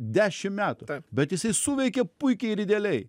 dešim metų bet jisai suveikė puikiai ir idealiai